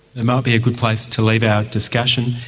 it might be a good place to leave our discussion.